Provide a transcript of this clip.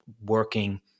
working